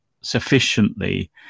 sufficiently